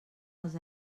els